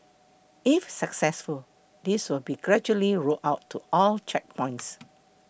if successful this will be gradually rolled out to all checkpoints